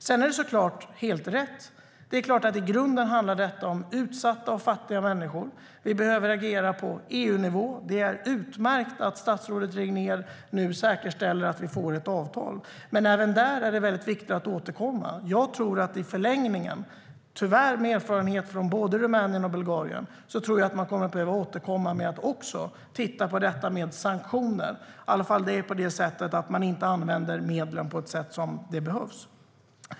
Sedan är det såklart helt rätt att i grunden handlar detta om utsatta och fattiga människor. Vi behöver agera på EU-nivå. Det är utmärkt att statsrådet Regnér nu säkerställer att vi får ett avtal. Men även där är det väldigt viktigt att återkomma. Jag tror att i förlängningen, tyvärr med erfarenhet från både Rumänien och Bulgarien, kommer man också att behöva titta på sanktioner ifall medlen inte används på det sätt som behövs.